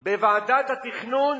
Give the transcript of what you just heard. בוועדת התכנון בירושלים,